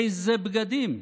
איזה בגדים?